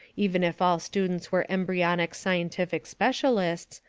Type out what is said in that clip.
even if all students were embryonic scientific specialists,